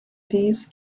these